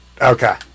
Okay